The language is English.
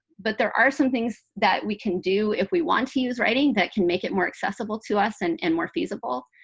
but there are some things that we can do if we want to use writing that can make it more accessible to us and and more feasible.